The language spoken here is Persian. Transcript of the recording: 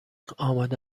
آمده